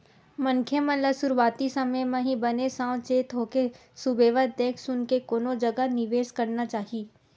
मनखे मन ल सुरुवाती समे म ही बने साव चेत होके सुबेवत देख सुनके कोनो जगा निवेस करना चाही